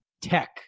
tech